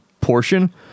portion